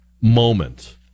moment